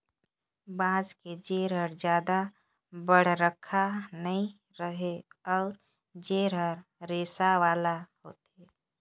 बांस के जेर हर जादा बड़रखा नइ रहें अउ जेर हर रेसा वाला होथे